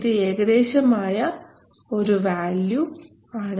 ഇത് ഏകദേശം ആയ ഒരു വാല്യൂ ആണ്